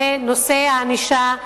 זה נושא הענישה,